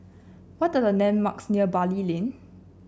what are the landmarks near Bali Lane